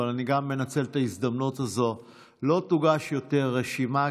אבל אני גם מנצל את ההזדמנות הזאת: לא תוגש יותר רשימה,